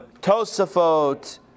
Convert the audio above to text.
Tosafot